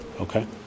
okay